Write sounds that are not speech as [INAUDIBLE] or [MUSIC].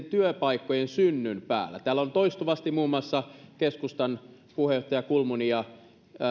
[UNINTELLIGIBLE] työpaikkojen synnyn päällä täällä ovat toistuvasti muun muassa keskustan puheenjohtaja kulmuni ja